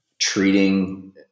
treating